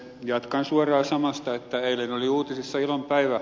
jatkan suoraan samasta että eilen oli uutisissa ilon päivä